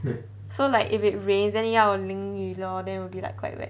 so like if it rains then 要淋雨 lor then will be like quite wet